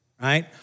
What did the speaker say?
right